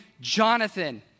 Jonathan